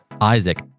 Isaac